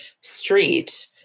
street